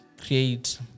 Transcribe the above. Create